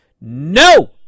No